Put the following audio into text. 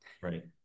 Right